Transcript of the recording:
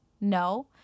No